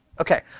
okay